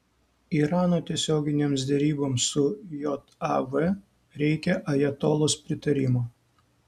irano tiesioginėms deryboms su jav reikia ajatolos pritarimo